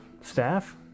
staff